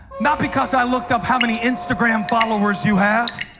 not because i looked up how many instagram followers you have